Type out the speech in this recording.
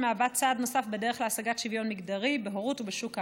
שמהווה צעד נוסף בדרך להשגת שוויון מגדרי בהורות ובשוק העבודה.